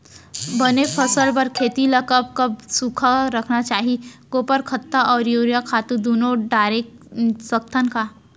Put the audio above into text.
बने फसल बर खेती ल कब कब सूखा रखना चाही, गोबर खत्ता और यूरिया खातू दूनो डारे सकथन का?